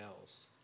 else